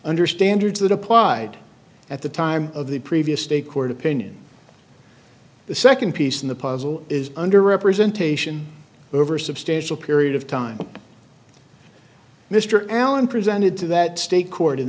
understander that applied at the time of the previous state court opinion the second piece in the puzzle is under representation over substantial period of time mr allen presented to that state court in